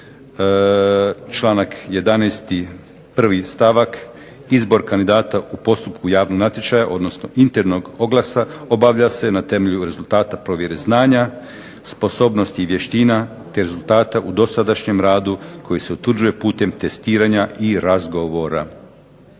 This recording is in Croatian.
članak 11., 1. stavak, izbor kandidata u postupku javnog natječaja, odnosno internog oglasa, obavlja se na temelju rezultata provjere znanja, sposobnosti i vještina, te rezultata u dosadašnjem radu koji se utvrđuje putem testiranja i razgovora.